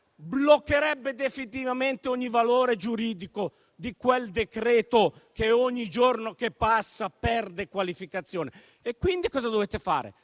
bloccherebbe definitivamente ogni valore giuridico di quel decreto che ogni giorno che passa perde qualificazione. Cosa dovete fare,